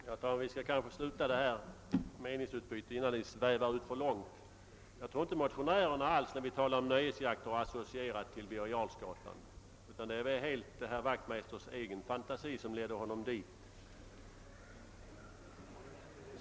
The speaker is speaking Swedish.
Herr talman! Vi skall kanske sluta det här meningsutbytet innan vi svävar ut alltför långt. När vi motionärer talar om nöjesjakt associerar vi inte på något sätt till Birger Jarlsgatan, utan det är helt herr Wachtmeisters egen fantasi som leder honom dit.